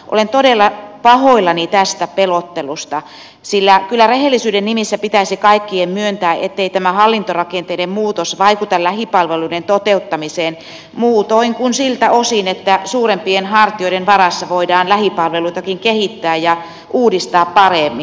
olen todella pahoillani tästä pelottelusta sillä kyllä rehellisyyden nimissä pitäisi kaikkien myöntää ettei tämä hallintorakenteiden muutos vaikuta lähipalveluiden toteuttamiseen muutoin kuin siltä osin että suurempien hartioiden varassa voidaan lähipalveluitakin kehittää ja uudistaa paremmin